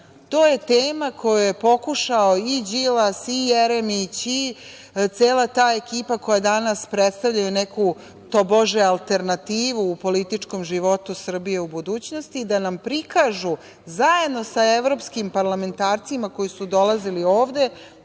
to je tema koju je pokušao i Đilas i Jeremić i cela ta ekipa koja danas predstavljaju neku tobože alternativu u političkom životu Srbiju budućnosti, da nam prikažu zajedno sa evropskim parlamentarcima, koji su dolazili ovde,